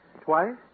Twice